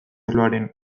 arloaren